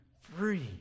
free